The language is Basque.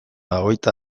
hogeita